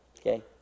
okay